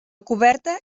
coberta